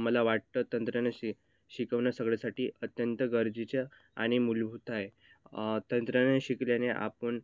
मला वाटतं तंत्रज्ञान शि शिकवणं सगळ्यासाठी अत्यंत गरजेच आणि मूलभूत आहे तंत्रज्ञान शिकल्याने आपण